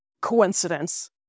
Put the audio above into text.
coincidence